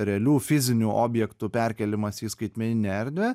realių fizinių objektų perkėlimas į skaitmeninę erdvę